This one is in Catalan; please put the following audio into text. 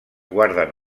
guarden